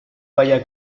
baya